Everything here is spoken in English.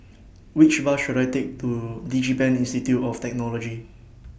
Which Bus should I Take to Digipen Institute of Technology